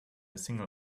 single